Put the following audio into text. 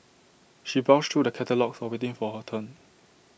she browsed through the catalogues while waiting for her turn